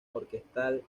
orquestal